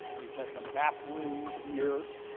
we've met in the map room here,